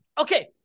Okay